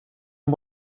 him